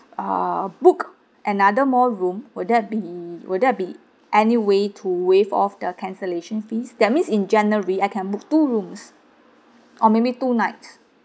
ah book another more room will that be will there be any way to waive off the cancellation fees that means in january I can book two rooms or maybe two nights